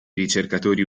ricercatori